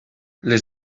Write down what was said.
les